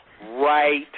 right